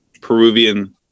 Peruvian